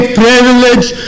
privilege